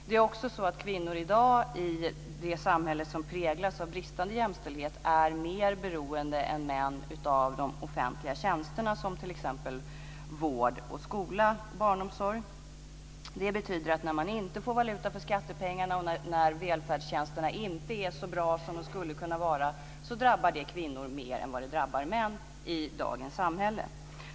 Det är också så att kvinnor i dag i det samhälle som präglas av bristande jämställdhet är mer beroende än män av offentliga tjänster som t.ex. vård, skola och barnomsorg. Det betyder att när man inte får valuta för skattepengarna och när välfärdstjänsterna inte är så bra som de skulle kunna vara drabbar det kvinnor mer än vad det drabbar män i dagens samhälle.